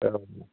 एवम्